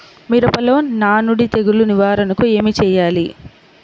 మిరపలో నానుడి తెగులు నివారణకు ఏమి చేయాలి?